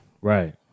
Right